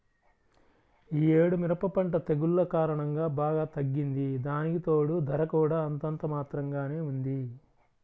యీ యేడు మిరప పంట తెగుల్ల కారణంగా బాగా తగ్గింది, దానికితోడూ ధర కూడా అంతంత మాత్రంగానే ఉంది